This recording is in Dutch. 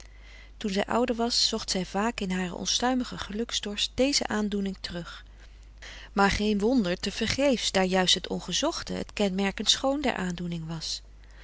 toen zij ouder was zocht zij vaak in haren onstuimigen geluksdorst deze aandoening terug maar geen wonder te vergeefs daar juist het ongezochte het kenmerkend schoon der aandoening was